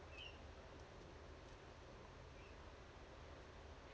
okay